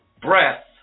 breath